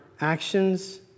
actions